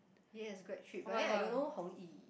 yes grad trip but then I don't know hong yi